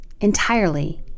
entirely